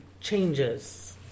changes